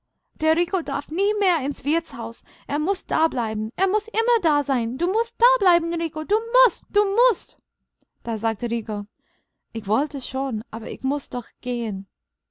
der rico darf nie mehr ins wirtshaus er muß dableiben er muß immer da sein du mußt dableiben rico du mußt du mußt da sagte rico ich wollte schon aber ich muß doch gehen